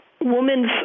woman's